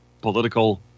political